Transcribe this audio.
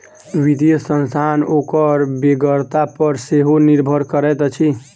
वित्तीय संस्था ओकर बेगरता पर सेहो निर्भर करैत अछि